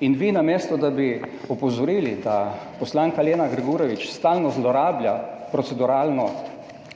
In vi namesto, da bi opozorili, da poslanka Lena Grgurevič stalno zlorablja